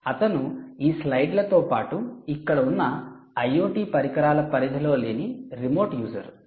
అతను ఈ స్లైడ్లతో పాటు ఇక్కడ ఉన్న IoT పరికరాల పరిధిలో లేని రిమోట్ యూజర్